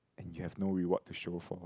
and you have no reward to show for